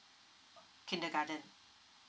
kindergarten